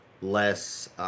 less